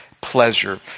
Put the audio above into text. pleasure